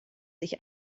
sich